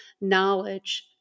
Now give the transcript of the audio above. knowledge